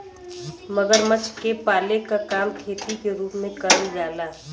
मगरमच्छ के पाले क काम खेती के रूप में करल जाला